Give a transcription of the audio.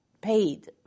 paid